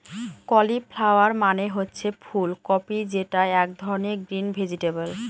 cauliflower মানে হচ্ছে ফুল কপি যেটা এক ধরনের গ্রিন ভেজিটেবল